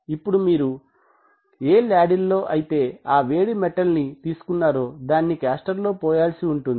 ఇప్పుడు మీరు ఏ లాడిల్ లో అయితే ఆ వేడి మెటల్ తీసుకొన్నారో దానిని కాస్టర్ లో పోయాల్సి ఉంటుంది